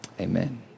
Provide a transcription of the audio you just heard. Amen